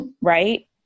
right